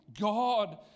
God